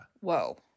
Whoa